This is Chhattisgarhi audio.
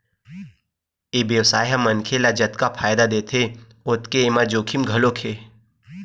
ए बेवसाय ह मनखे ल जतका फायदा देथे ओतके एमा जोखिम घलो हे